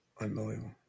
Unbelievable